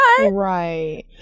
right